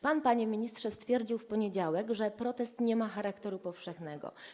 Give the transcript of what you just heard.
Pan, panie ministrze, stwierdził w poniedziałek, że protest nie ma charakteru powszechnego.